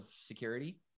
security